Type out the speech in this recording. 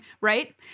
right